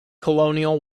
colonial